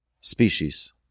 species